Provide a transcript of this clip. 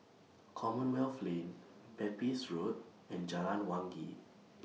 Commonwealth Lane Pepys Road and Jalan Wangi